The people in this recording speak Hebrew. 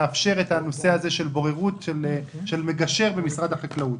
לאפשר בוררות, מגשר במשרד החקלאות.